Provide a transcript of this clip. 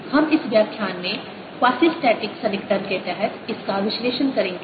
हम इस व्याख्यान में क्वासिस्टैटिक सन्निकटन के तहत इसका विश्लेषण करेंगे